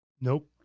Nope